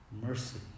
mercy